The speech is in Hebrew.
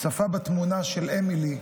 צפה בתמונה של אמילי,